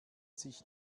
sich